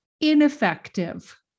ineffective